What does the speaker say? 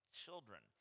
children